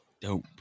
Dope